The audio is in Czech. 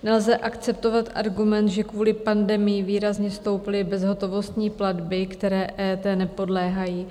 Nelze akceptovat argument, že kvůli pandemii výrazně stouply bezhotovostní platby, které EET nepodléhají.